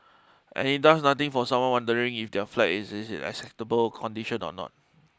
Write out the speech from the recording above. and it does nothing for someone wondering if their flat is is in acceptable condition or not